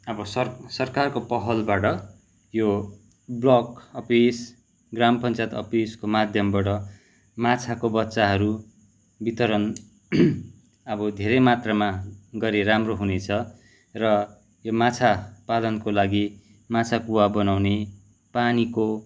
अब सरकारको पहलबाट यो बल्क अफिस ग्राम पञ्चायत अफिसको माध्यमबाट माछाको बच्चाहरू वितरण अब धेरै मात्रमा गरे राम्रो हुनेछ र यो माछा पालनको लागि माछा कुवा बनाउने पानीको